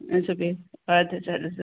اَچھا بیٚہہ اَدٕ حظ اَدٕ حظ